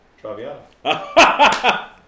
Traviata